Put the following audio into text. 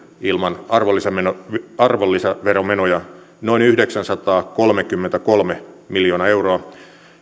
ilman arvonlisäveromenoja arvonlisäveromenoja noin yhdeksänsataakolmekymmentäkolme miljoonaa euroa